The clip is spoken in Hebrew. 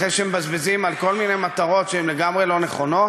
אחרי שמבזבזים על כל מיני מטרות שהן לגמרי לא נכונות?